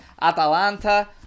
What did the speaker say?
Atalanta